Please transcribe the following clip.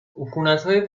عفونتهای